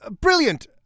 Brilliant